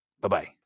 Bye-bye